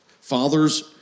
Fathers